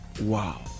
Wow